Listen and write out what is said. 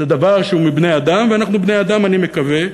זה דבר שהוא מבני-אדם, ואנחנו בני-אדם, אני מקווה,